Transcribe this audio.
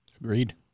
Agreed